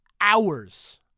hours